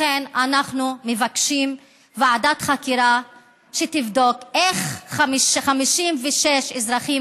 אנחנו מבקשים ועדת חקירה שתבדוק איך 56 אזרחים